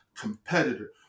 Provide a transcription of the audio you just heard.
competitor